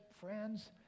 friends